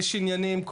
יש עניינים,